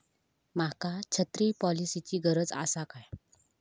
माका छत्री पॉलिसिची गरज आसा काय?